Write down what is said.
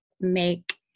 make